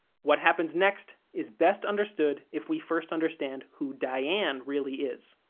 what happens next is best understood if we first understand who diane really is.